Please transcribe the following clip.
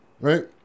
right